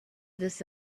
this